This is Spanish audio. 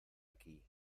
aquí